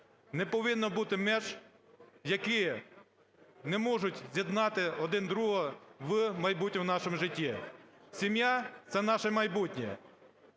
не повинно бути меж, які не можуть з'єднати один другого в майбутньому нашому житті. Сім'я – це наше майбутнє.